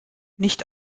nicht